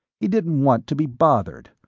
he didn't want to be bothered.